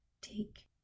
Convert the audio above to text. Take